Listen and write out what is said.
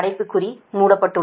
அடைப்புக்குறி மூடியுள்ளது